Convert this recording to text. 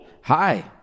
Hi